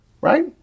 right